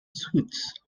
suits